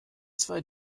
zwei